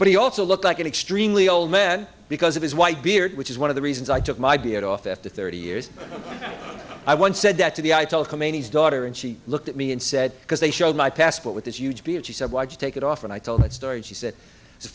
but he also looked like an extremely old man because of his white beard which is one of the reasons i took my beard off after thirty years i once said that to the ayatollah khomeini's daughter and she looked at me and said because they showed my passport with this huge b and she said watch take it off and i told that story she said the